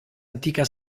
antica